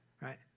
right